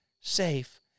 safe